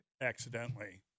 accidentally